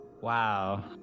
Wow